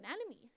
enemy